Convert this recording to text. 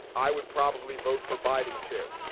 i would probably vote for biden, too,